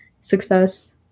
success